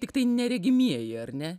tiktai neregimieji ar ne